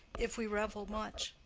if we revel much.